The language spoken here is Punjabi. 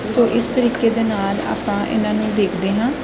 ਸੋ ਇਸ ਤਰੀਕੇ ਦੇ ਨਾਲ ਆਪਾਂ ਇਹਨਾਂ ਨੂੰ ਦੇਖਦੇ ਹਾਂ